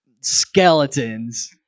skeletons